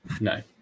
No